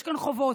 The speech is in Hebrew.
יש כאן חובות,